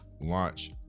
launch